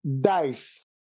dice